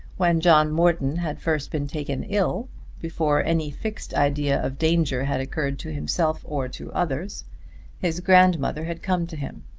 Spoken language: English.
when john morton had first been taken ill before any fixed idea of danger had occurred to himself or to others his grandmother had come to him.